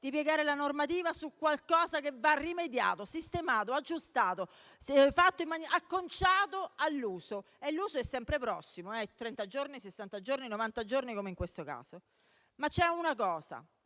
di piegare la normativa su qualcosa che va rimediato, sistemato, aggiustato, acconciato all'uso. L'uso è sempre prossimo: 30-60-90 giorni, come in questo caso. C'è un